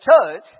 church